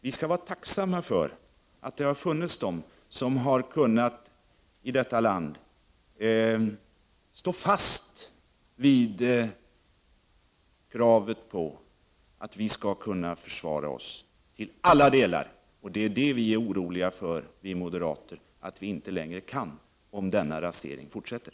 Vi skall vara tacksamma för att det har funnits de i detta land som har kunnat stå fast vid kravet på att vi skall kunna försvara oss till alla delar. Vi moderater är oroliga för att man inte längre kan det om denna rasering fortsätter.